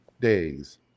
days